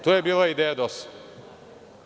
To je bila ideja DOS-a.